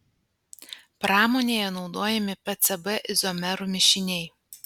pramonėje naudojami pcb izomerų mišiniai